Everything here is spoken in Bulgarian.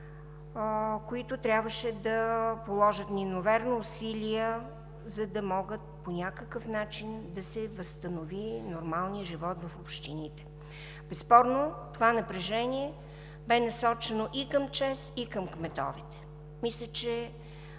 които трябваше да положат неимоверни усилия, за да може по някакъв начин да се възстанови нормалният живот в общините. Безспорно това напрежение бе насочено и към ЧЕЗ, и към кметовете. Мисля, че